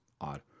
odd